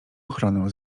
ochronę